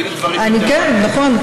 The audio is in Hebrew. כן, נכון.